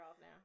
now